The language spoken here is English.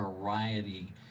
variety